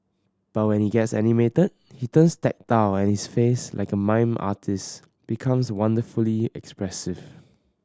but when he gets animated he turns tactile and his face like a mime artist's becomes wonderfully expressive